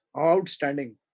outstanding